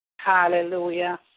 Hallelujah